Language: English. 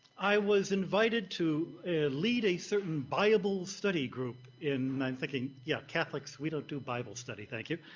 i was invited to lead a certain bible study group in i'm thinking yeah, catholics, we don't do bible study, thank you.